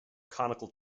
conical